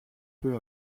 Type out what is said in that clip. peu